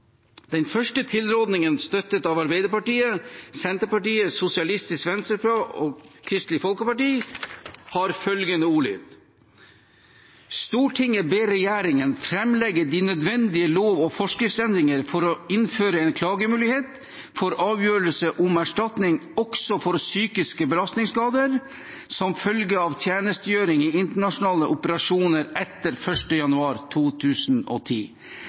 Den første tilrådingen, fra Arbeiderpartiet, Senterpartiet, Sosialistisk Venstreparti og Kristelig Folkeparti, har følgende ordlyd: «Stortinget ber regjeringen framlegge forslag til de nødvendige lov- og forskriftsendringer for å innføre en klagemulighet for avgjørelser om erstatning også for psykiske belastningsskader som følge av tjenestegjøring i internasjonale operasjoner etter 1. januar 2010.»